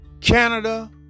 Canada